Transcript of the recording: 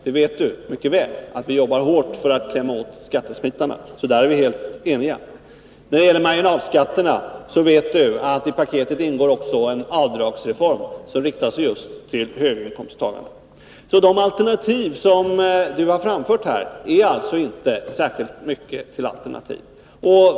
Han vet mycket väl att vi arbetar hårt för att komma åt skattesmitarna, så där är vi helt eniga. När det gäller marginalskatterna vet Lars-Ove Hagberg att det i paketet också ingår en avdragsreform, som riktar sig just till höginkomsttagarna. De alternativ som Lars-Ove Hagberg har framfört här är inte särskilt mycket till alternativ.